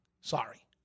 Sorry